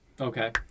Okay